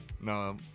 No